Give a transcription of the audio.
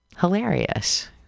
hilarious